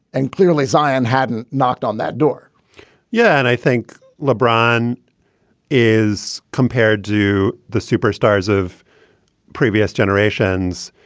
and clearly, zion hadn't knocked on that door yeah. and i think lebron is compared to the superstars of previous generations.